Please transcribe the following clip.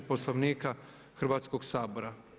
Poslovnika Hrvatskoga sabora.